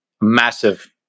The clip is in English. massive